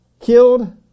killed